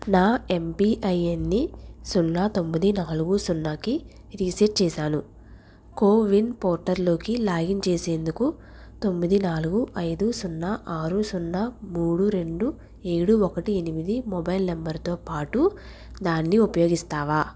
నా ఎంపిఐఎన్ని సున్నా తొమ్మిది నాలుగు సున్నాకి రీసెట్ చేశాను కోవిన్ పోర్టల్ లోకి లాగిన్ చేసేందుకు తొమ్మిది నాలుగు ఐదు సున్నా ఆరు సున్నా మూడు రెండు ఏడు ఒకటి ఎనిమిది మొబైల్ నంబరుతో బాటు దాన్ని ఉపయోగిస్తావా